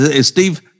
Steve